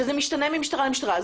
שזה משתנה מתחנת משטרה לתחנת משטרה,